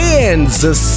Kansas